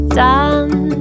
done